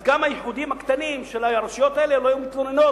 אז גם על האיחודים הקטנים של הרשויות האלה לא היו תלונות,